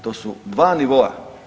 To su dva nivoa.